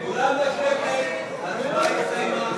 חברי הכנסת, הצבענו על